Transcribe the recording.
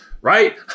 right